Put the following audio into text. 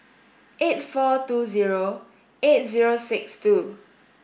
eight four two zero eight zero six two